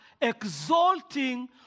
exalting